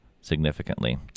significantly